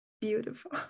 Beautiful